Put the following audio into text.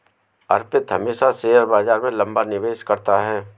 अर्पित हमेशा शेयर बाजार में लंबा निवेश करता है